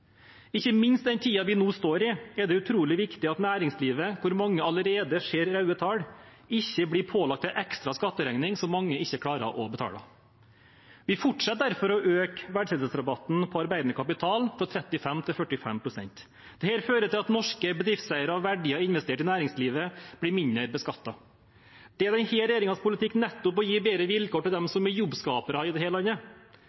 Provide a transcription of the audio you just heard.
Ikke minst i den tiden vi nå står i, er det utrolig viktig at næringslivet, hvor mange allerede ser røde tall, ikke blir pålagt en ekstra skatteregning som mange ikke klarer å betale. Vi fortsetter derfor å øke verdsettelsesrabatten på arbeidende kapital fra 35 pst. til 45 pst. Dette fører til at norske bedriftseiere og verdier investert i næringslivet blir mindre beskattet. Det er denne regjeringens politikk nettopp å gi bedre vilkår til